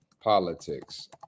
politics